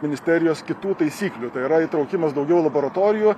ministerijos kitų taisyklių tai yra įtraukimas daugiau laboratorijų